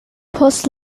post